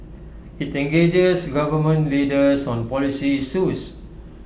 IT engages government leaders on policy issues